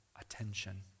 attention